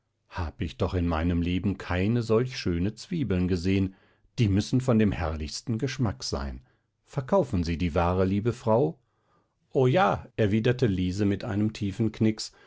hab ich doch in meinem leben keine solche schöne zwiebeln gesehen die müssen von dem herrlichsten geschmack sein verkauft sie die ware liebe frau o ja erwiderte liese mit einem tiefen knix